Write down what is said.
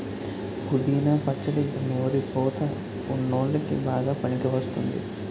పుదీనా పచ్చడి నోరు పుతా వున్ల్లోకి బాగా పనికివస్తుంది